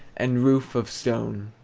and roof of stone.